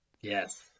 Yes